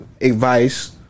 advice